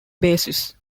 basis